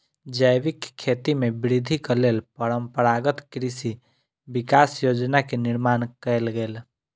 जैविक खेती में वृद्धिक लेल परंपरागत कृषि विकास योजना के निर्माण कयल गेल